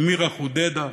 אמירה חודדה,